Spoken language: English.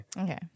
Okay